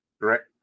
correct